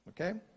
okay